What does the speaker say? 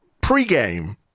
pre-game